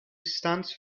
stands